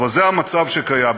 אבל זה המצב שקיים.